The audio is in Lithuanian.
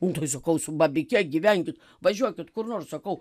nu tai sakau su babike gyvenkit važiuokit kur nors sakau